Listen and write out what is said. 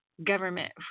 Government